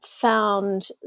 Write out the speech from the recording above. found